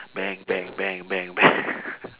bank bank bank bank b~